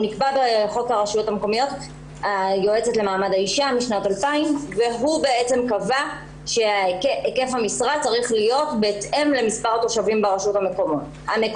הוא נקבע בחוק הרשויות המקומיות (היועצת למעמד האישה) משנת 2000. נקבע שהיקף המשרה צריך להיות בהתאם למספר התושבים ברשות המקומית.